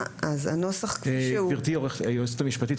גבירתי היועצת המשפטית,